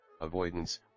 avoidance